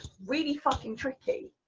really fucking tricky,